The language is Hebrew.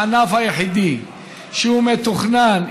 הענף היחידי שהוא מתוכנן,